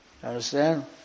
Understand